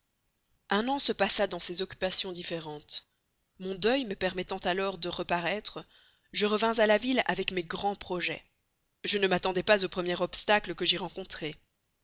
un an se passa dans ces occupations différentes mon deuil me permettant alors de reparaître je revins à la ville avec mes grands projets je ne m'attendais pas au premier obstacle que j'y rencontrai